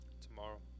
Tomorrow